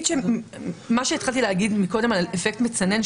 מה שהתחלתי להגיד קודם על אפקט מצנן,